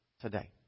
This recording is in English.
today